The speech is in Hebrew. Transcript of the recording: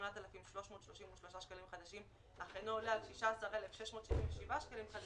8,333 שקלים חדשים אך אינו עולה על 16,667 שקלים חדשים,